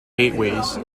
gateways